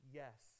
yes